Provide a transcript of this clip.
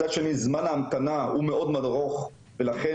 מצד שני זמן ההמתנה הוא מאוד ארוך ולכן